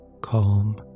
Calm